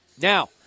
Now